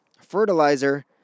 fertilizer